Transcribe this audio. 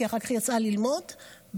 כי אחר כך היא יצאה ללמוד בחצרים,